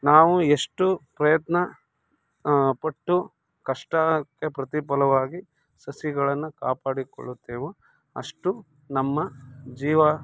ನಾವು ಎಷ್ಟು ಪ್ರಯತ್ನ ಪಟ್ಟು ಕಷ್ಟಕ್ಕೆ ಪ್ರತಿಫಲವಾಗಿ ಸಸಿಗಳನ್ನು ಕಾಪಾಡಿಕೊಳ್ಳುತ್ತೇವೋ ಅಷ್ಟು ನಮ್ಮ ಜೀವ